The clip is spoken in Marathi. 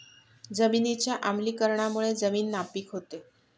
जमिनीच्या आम्लीकरणामुळे जमीन नापीक होते